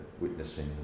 witnessing